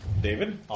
David